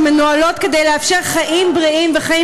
שמנוהלות כדי לאפשר חיים בריאים וחיים